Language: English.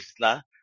isla